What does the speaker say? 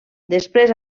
després